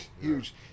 Huge